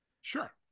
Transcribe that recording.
Sure